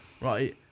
Right